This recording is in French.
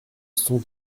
sont